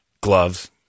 gloves